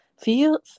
feel